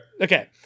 Okay